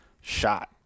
shot